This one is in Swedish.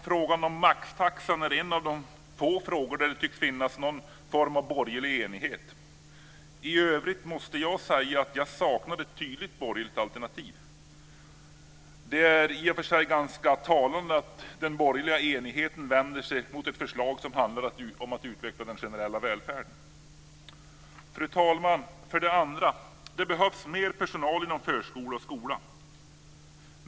Frågan om maxtaxan är en av de få frågor där det tycks finnas någon form av borgerlig enighet. I övrigt måste jag säga att jag saknar ett tydligt borgerligt alternativ. Det är i och för sig ganska talande att den borgerliga enigheten vänder sig mot ett förslag som handlar om att utveckla den generella välfärden. Fru talman! För det andra behövs det mer personal inom förskola och skola.